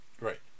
Right